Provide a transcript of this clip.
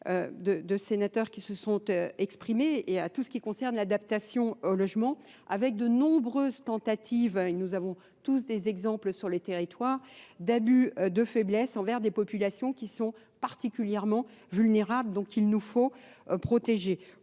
de sénateurs qui se sont exprimés et à tout ce qui concerne l'adaptation au logement avec de nombreuses tentatives et nous avons tous des exemples sur les territoires d'abus de faiblesse envers des populations qui sont particulièrement vulnérables donc il nous faut protéger.